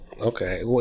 Okay